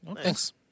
Thanks